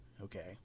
Okay